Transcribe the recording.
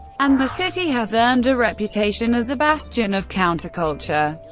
and the city has earned a reputation as a bastion of counterculture,